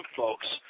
folks